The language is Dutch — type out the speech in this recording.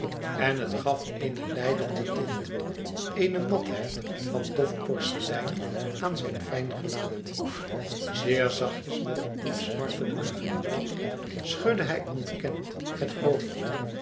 en het gaf eene lijdende tint eene matheid van dof porselein aan zijn fijn gelaat zeer zachtjes met een diep smartelijken glimlach schudde hij ontkennend het hoofd